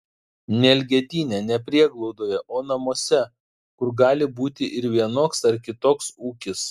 ne elgetyne ne prieglaudoje o namuose kur gali būti ir vienoks ar kitoks ūkis